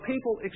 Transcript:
people